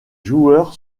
joueurs